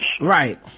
Right